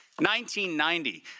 1990